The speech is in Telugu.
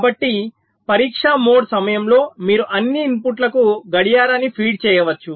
కాబట్టి పరీక్ష మోడ్ సమయంలో మీరు అన్ని ఇన్పుట్లకు గడియారాన్ని ఫీడ్ చేయవచ్చు